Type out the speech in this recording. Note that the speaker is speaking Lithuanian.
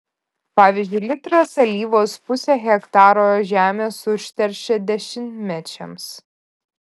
pavyzdžiui litras alyvos pusę hektaro žemės užteršia dešimtmečiams